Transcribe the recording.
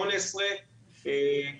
ב-2018 אסון הסנאצ'י בים סין,